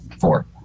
Four